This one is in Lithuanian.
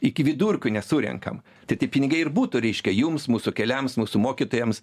iki vidurkių nesurenkam tai tie pinigai ir būtų reiškia jums mūsų keliams mūsų mokytojams